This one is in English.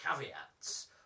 caveats